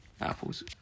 Apples